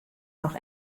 noch